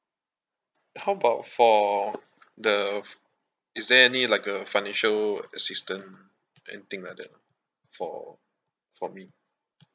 how about for the f~ is there any like uh financial assistance anything like that ah for for me